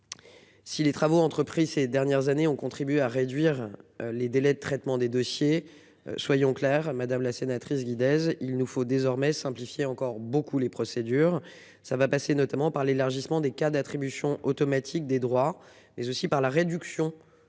Si les travaux entrepris ces dernières années, on contribue à réduire les délais de traitement des dossiers. Soyons clairs à madame la sénatrice. Il nous faut désormais simplifier encore beaucoup les procédures. Ça va passer notamment par l'élargissement des cas d'attribution automatique des droits mais aussi par la réduction du nombre de